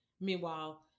Meanwhile